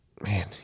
man